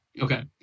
Okay